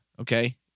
Okay